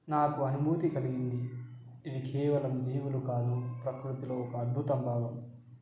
నాకు అనుభూతి కలిగింది ఇవి కేవలం జీవులు కాదు ప్రకృతిలో ఒక అద్భుత భాగం